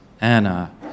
Anna